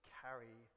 carry